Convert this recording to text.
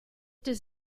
does